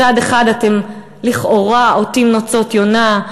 מצד אחד אתם לכאורה עוטים נוצות יונה,